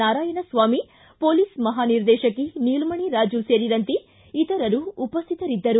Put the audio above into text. Narayanaswamy police ಮಹಾನಿರ್ದೇಶಕಿ ನೀಲಮಣಿ ರಾಜು ಸೇರಿದಂತೆ ಇತರರು ಉಪಸ್ಕಿತರಿದ್ದರು